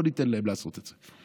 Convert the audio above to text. לא ניתן להם לעשות את זה.